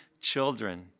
children